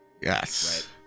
Yes